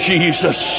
Jesus